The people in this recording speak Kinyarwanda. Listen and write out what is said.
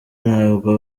ntabwo